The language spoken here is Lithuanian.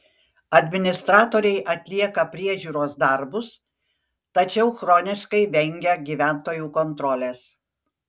administratoriai atlieka priežiūros darbus tačiau chroniškai vengia gyventojų kontrolės